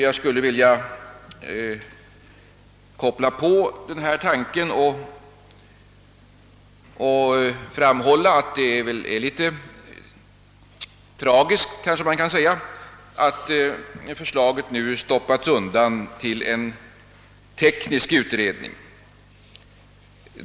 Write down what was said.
Jag skulle vilja anknyta till denna tankegång och framhålla att det är litet tragiskt att förslaget nu hänvisas till en teknisk utredning.